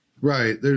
Right